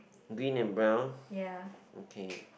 green and brown okay